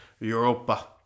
europa